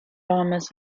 farmers